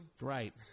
Right